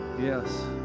yes